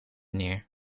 neer